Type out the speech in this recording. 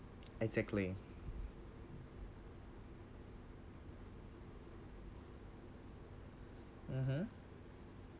exactly mmhmm